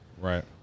Right